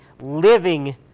living